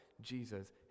Jesus